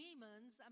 Demons